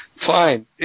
Fine